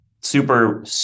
Super